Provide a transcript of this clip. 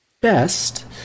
best